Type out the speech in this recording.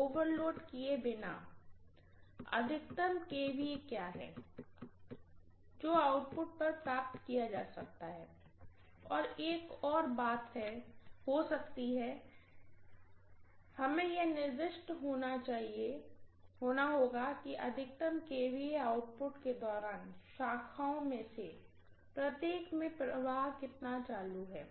overload किए बिना है अधिकतम केवीए क्या है जो आउटपुट पर प्राप्त किया जा सकता है और एक और बात हो सकती है हमें यह निर्दिष्ट करना होगा कि अधिकतम kVA आउटपुट के दौरान शाखाओं में से प्रत्येक में प्रवाह कितना चालू है